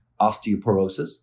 osteoporosis